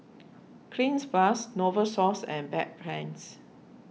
Cleanz Plus Novosource and Bedpans